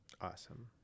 Awesome